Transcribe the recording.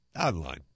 online